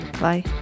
Bye